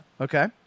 Okay